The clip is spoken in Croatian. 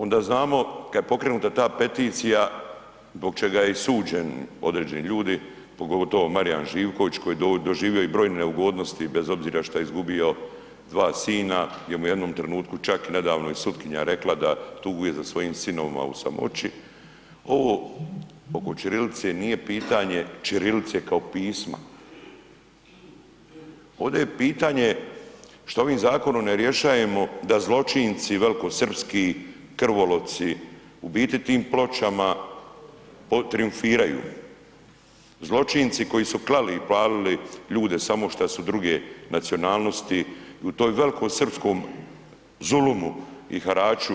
Onda znamo kad je pokrenuta ta peticija zbog čega je i suđen određeni ljudi, pogotovo Marijan Živković koji je doživio i brojne neugodnosti bez obzira šta je izgubio dva sina, gdje mu je u jednom trenutku čak i nedavno i sutkinja rekla da tuguje za svojim sinovima u samoći, ovo oko ćirilice nije pitanje ćirilice kao pisma, ovdje je pitanje što ovim zakonom ne rješajemo da zločinci velikosrpski krvoloci u biti tim pločama poltriumfiraju, zločinci koji su klali i palili ljude samo šta su druge nacionalnosti i u toj velikosrpskom zulumu i haraču